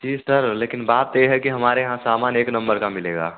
जी sir लेकिन बात यह है कि हमारे यहाँ सामान एक नंबर का मिलेगा